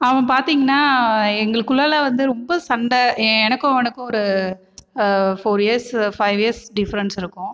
அவன் பார்த்தீங்கனா எங்களுக்குள்ளேலா வந்து ரொம்ப சண்டை எனக்கும் அவனுக்கும் ஓரு four years five years difference இருக்கும்